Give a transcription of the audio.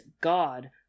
God